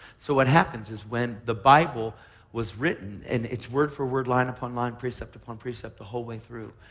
so what happens is when the bible was written, and it's word-for word, line upon line, precept upon precept the whole way through.